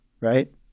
right